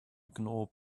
ignore